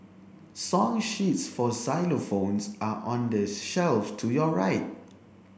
song sheets for xylophones are on the shelf to your right